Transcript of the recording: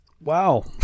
Wow